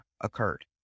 occurred